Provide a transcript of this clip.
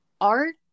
art